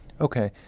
Okay